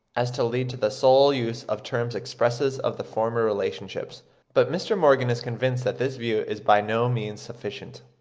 as to lead to the sole use of terms expressive of the former relationships but mr. morgan is convinced that this view is by no means sufficient.